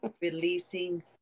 releasing